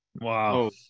Wow